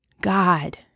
God